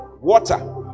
Water